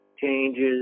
changes